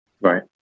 Right